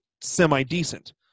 semi-decent